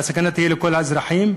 והסכנה תהיה לכל האזרחים,